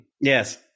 Yes